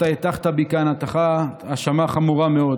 אתה הטחת בי כאן האשמה חמורה מאוד